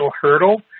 hurdle